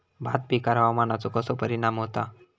भात पिकांर हवामानाचो कसो परिणाम होता?